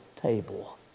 table